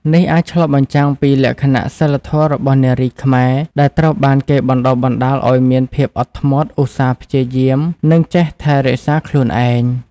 នេះអាចឆ្លុះបញ្ចាំងពីលក្ខណៈសីលធម៌របស់នារីខ្មែរ ដែលត្រូវបានគេបណ្ដុះបណ្ដាលឱ្យមានភាពអត់ធ្មត់ ឧស្សាហ៍ព្យាយាម និងចេះថែរក្សាខ្លួនឯង។